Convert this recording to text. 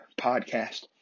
Podcast